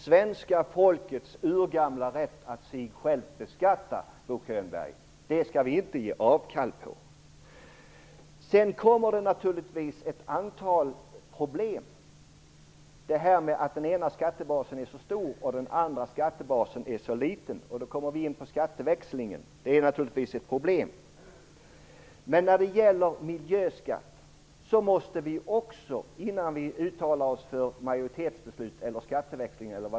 Svenska folkets urgamla rätt att sig självbeskatta skall vi inte ge avkall på, Bo Sedan uppstår det naturligtvis ett antal problem. Den ena skattebasen är så stor och den andra är så liten. Då kommer vi in på skatteväxlingen. Det är ju ett problem. Men när det gäller miljöskatt måste vi - innan vi uttalar oss för majoritetsbeslut, skatteväxling etc.